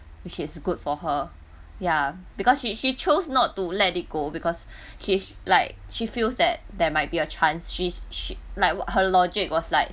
which is good for her ya because she she choose not to let it go because she like she feels that there might be a chance she she like her logic was like